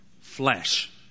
flesh